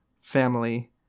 family